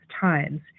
times